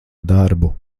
darbu